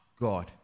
God